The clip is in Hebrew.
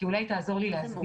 אולי זה יעזור לי להסביר,